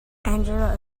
angela